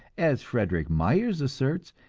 as frederic myers asserts,